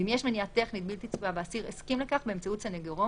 ואם יש מניעה טכנית בלתי צפויה והאסיר הסכים לכך באמצעות סנגורו,